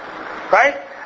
right